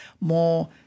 more